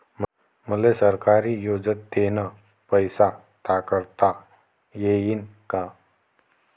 मले सरकारी योजतेन पैसा टाकता येईन काय?